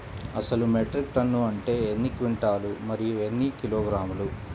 అసలు metric ton అంటే ఎన్ని క్వింటాలు మరియు ఎన్ని కిలోగ్రాములు?